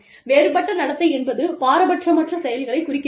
வேறுபட்ட நடத்தை என்பது பாரபட்சமற்ற செயல்களைக் குறிக்கிறது